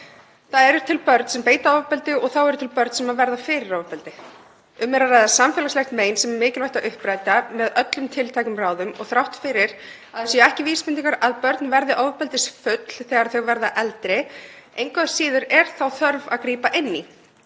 Það eru til börn sem beita ofbeldi og þá eru til börn sem verða fyrir ofbeldi. Um er að ræða samfélagslegt mein sem er mikilvægt að uppræta með öllum tiltækum ráðum og þrátt fyrir að það séu ekki vísbendingar að börn verði ofbeldisfull þegar þau verða eldri er engu að síður þörf á að grípa inn í.